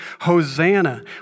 Hosanna